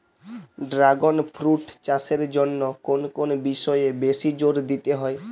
Dragon fruit চাষের জন্য কোন কোন বিষয়ে বেশি জোর দিতে হয়?